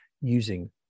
using